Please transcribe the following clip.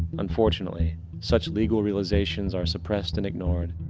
unfortunately such legal realizations are suppressed and ignored.